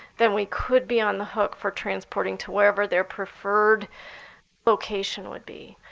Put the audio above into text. then we could be on the hook for transporting to wherever their preferred location would be.